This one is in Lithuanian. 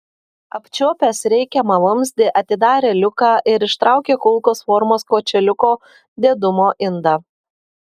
apčiuopęs reikiamą vamzdį atidarė liuką ir ištraukė kulkos formos kočėliuko didumo indą